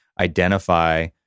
identify